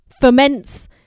ferments